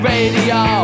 Radio